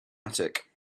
attic